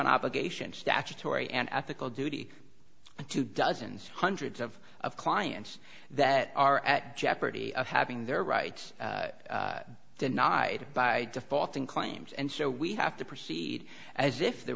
an obligation statutory and ethical duty to dozens hundreds of of clients that are at jeopardy of having their rights denied by default in claims and so we have to proceed as if the